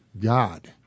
God